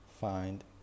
find